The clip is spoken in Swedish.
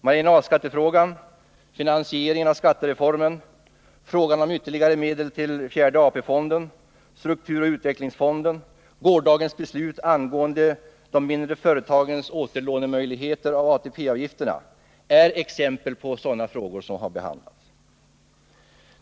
Marginalskattefrågan, finansieringen av skattereformen, frågan om ytterligare medel till fjärde AP-fonden, strukturoch utvecklingsfonden samt gårdagens beslut angående de mindre företagens återlånemöjligheter av ATP-avgifterna är exempel på frågor som har behandlats.